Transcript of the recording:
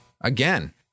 again